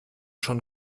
schon